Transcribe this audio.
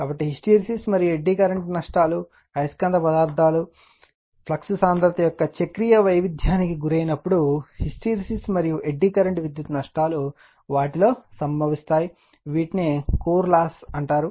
కాబట్టి హిస్టెరిసిస్ మరియు eddy current నష్టాలు అయస్కాంత పదార్థాలు ఫ్లక్స్ సాంద్రత యొక్క చక్రీయ వైవిధ్యానికి గురైనప్పుడు హిస్టెరిసిస్ మరియు ఎడ్డీ కరెంట్ విద్యుత్ నష్టాలు వాటిలో సంభవిస్తాయి వీటిని కోర్ లాస్ అంటారు